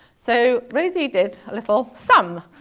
so rosey did a little sum.